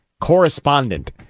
correspondent